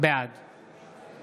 בעד